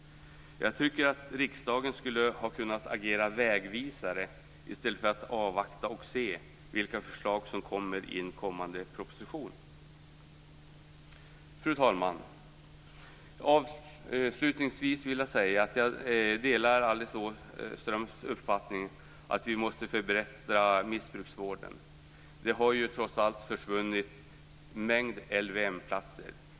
Riksdagen borde kunna agera vägvisare i stället för att avvakta förslagen i en kommande proposition. Fru talman! Jag delar Alice Åströms uppfattning att vi måste förbättra missbruksvården. Det har ju trots allt försvunnit en mängd LVM-platser.